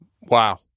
Wow